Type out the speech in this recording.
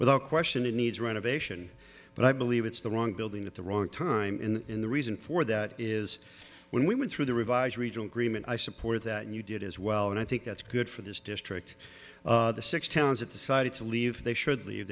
without question it needs renovation but i believe it's the wrong building at the wrong time in the in the reason for that is when we went through the revised regional agreement i support that you did as well and i think that's good for this district the six towns at the side to leave they should leave